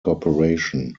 corporation